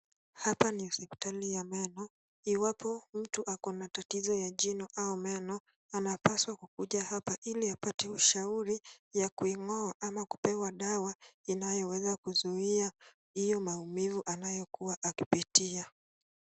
Hapa ni hospitali ya meno. Iwapo mtu ako na tatizo ya jino au meno, anapaswa kukuja hapa, ili apate ushauri ya kuing'oa ama kupewa dawa inayoweza kuzuia hiyo maumivu anayokuwa akipitia.